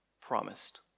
promised